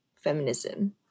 feminism